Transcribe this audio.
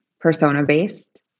persona-based